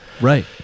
right